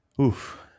Oof